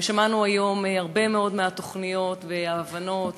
שמענו היום הרבה מאוד מהתוכנית וההבנות והראייה.